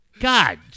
God